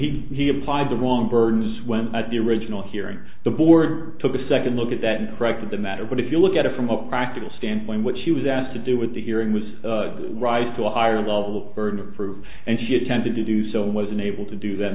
he he applied the wrong burdens when at the original hearing the board took a second look at that and corrected the matter but if you look at it from a practical standpoint what she was asked to do with the hearing was rise to a higher level of burden of proof and she attempted to do so was unable to do that